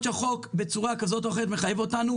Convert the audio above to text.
שהחוק בצורה כזאת או אחרת מחייב אותנו,